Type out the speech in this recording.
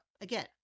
again